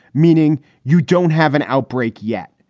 meaning you don't have an outbreak yet.